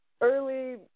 early